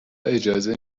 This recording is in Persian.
اجازه